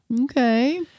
Okay